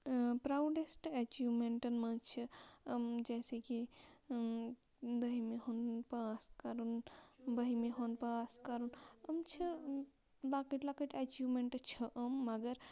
proudest اٮ۪چیٖوم۪نٛٹَن منٛز چھِ جیسے کہِ دٔہمہِ ہُنٛد پاس کَرُن بٔہمہِ ہُنٛد پاس کَرُن أمۍ چھِ لَکٕٹۍ لَکٕٹۍ اٮ۪چیٖومنٛٹ چھِ أمۍ مگر